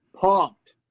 pumped